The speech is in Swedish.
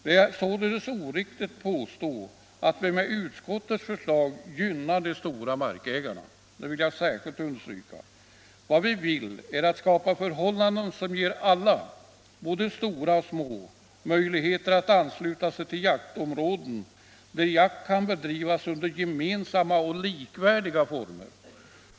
Det är således oriktigt att påstå att vi med utskottets förslag gynnar de stora markägarna. Det vill jag särskilt understryka. Vad vi vill är att skapa förhållanden som ger alla, både stora och små markägare, möjligheter att ansluta sig till jaktområden där jakt kan bedrivas under gemensamma och likvärdiga former.